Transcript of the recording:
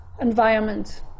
environment